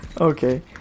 Okay